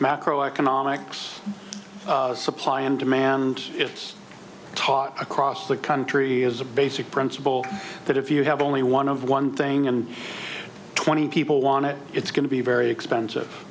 macro economics supply and demand it's taught across the country as a basic principle that if you have only one of one thing and twenty people want it it's going to be very expensive